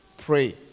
pray